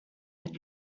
had